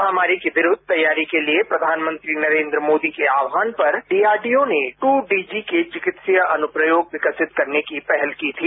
महामारी को विरुद्ध तैयारी के लिए प्रधानमंत्री नरेंद्र मोदी के आह्वान पर डीआरडीओ ने ट्र डीजी के चिकित्सीय अनुप्रयोग विकसित करने की पहल की थी